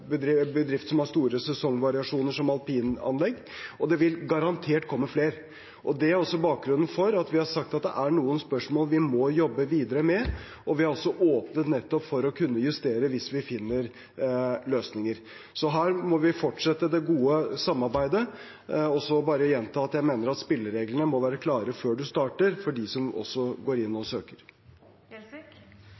som har store sesongvariasjoner, som alpinanlegg, og det vil garantert komme flere. Det er også bakgrunnen for at vi har sagt at det er noen spørsmål vi må jobbe videre med, og vi har også åpnet for nettopp å kunne justere hvis vi finner løsninger. Så her må vi fortsette det gode samarbeidet, og jeg vil bare gjenta at jeg mener at spillereglene må være klare før man starter, også for dem som går inn og